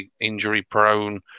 injury-prone